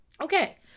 Okay